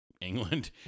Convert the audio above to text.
England